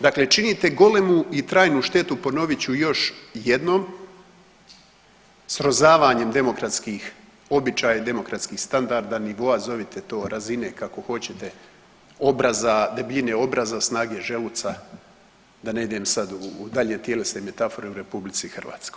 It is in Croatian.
Dakle činite golemu i trajnu štetu, ponovit ću još jednom, srozavanjem demokratskih običaja i demokratskih standarda, nivoa zovite to razine kako hoćete, obraza, debljine obraza, snage želuca, da ne idem sad dalje u tjelesne metafore u RH.